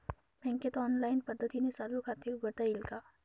बँकेत ऑनलाईन पद्धतीने चालू खाते उघडता येईल का?